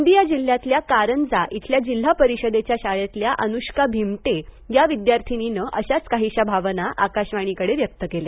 गोंदिया जिल्ह्यातल्या कारंजा इथल्या जिल्हा परिषदेच्या शाळेतल्या अनुष्का भिमटे या विद्यार्थिनीनं अशाच काहीशा भावना आकाशवाणीकडे व्यक्त केल्या